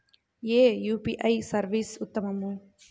ఏ UPI service ఉత్తమము?